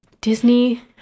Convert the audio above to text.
Disney